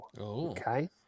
Okay